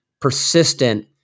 persistent